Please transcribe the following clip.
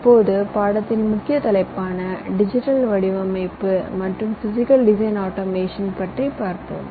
இப்போது பாடத்தின் முக்கிய தலைப்பான டிஜிட்டல் வடிவமைப்பு மற்றும் பிசிகல் டிசைன் ஆட்டோமேஷன் பற்றி பார்ப்போம்